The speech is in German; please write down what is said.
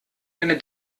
eine